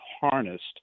harnessed